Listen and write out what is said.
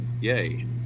Yay